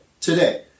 today